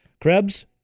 Krebs